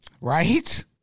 Right